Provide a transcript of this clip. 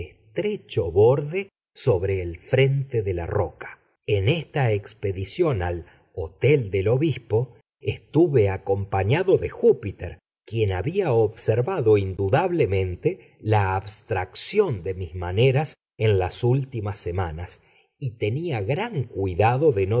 estrecho borde sobre el frente de la roca en esta expedición al hotel del obispo estuve acompañado de júpiter quien había observado indudablemente la abstracción de mis maneras en las últimas semanas y tenía gran cuidado de